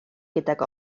gydag